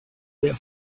there